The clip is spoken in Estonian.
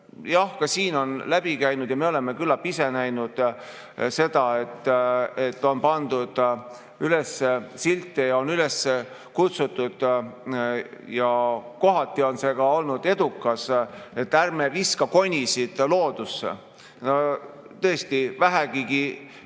Jah, ka siin on läbi käinud ja me oleme küllap ise näinud, et on pandud üles silte ja on üles kutsutud, kohati väga edukalt, et ärme viska konisid loodusesse. Tõesti, vähegi